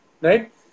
right